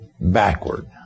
backward